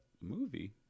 movie